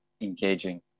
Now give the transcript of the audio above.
engaging